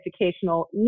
educational